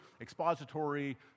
expository